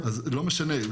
אבל --- לא משנה,